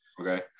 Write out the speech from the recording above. Okay